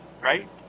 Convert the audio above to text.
right